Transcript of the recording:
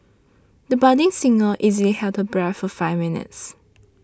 the budding singer easily held her breath for five minutes